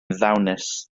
ddawnus